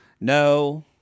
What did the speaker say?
No